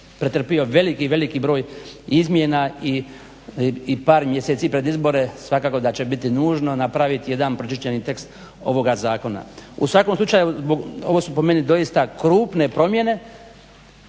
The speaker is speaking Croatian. pretrpio veliki, veliki broj izmjena i par mjeseci pred izbore svakako da će biti nužno napraviti jedan pročišćeni tekst ovoga zakona. U svakom slučaju ovo su po meni doista krupne promjene